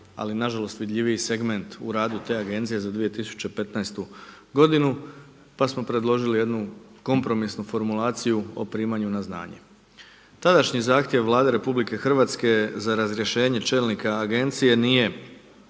ali na žalost vidljiviji segment u radu te Agencije za 2015. godinu. Pa smo predložili jednu kompromisnu formulaciju o primanju na znanje. Tadašnji zahtjev Vlade Republike Hrvatske za razrješenje čelnika Agencije nije